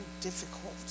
difficult